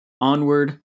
Onward